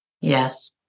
Yes